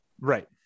Right